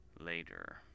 later